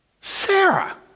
Sarah